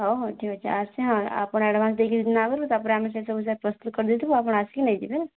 ହଉ ହଉ ଠିକ୍ ଅଛି ଆସ ଆପଣ ଆଡଭାନ୍ସ୍ ଦେଇଦେବେ ଦିନେ ଆଗରୁ ତା'ପରେ ଆମେ ସେ ସବୁ ହିସାବରେ ପ୍ରସ୍ତୁତ୍ କରି ଦେଇଥିବୁ ଆପଣ ଆସିକି ନେଇଯିବେ ହେଲା